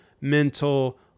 mental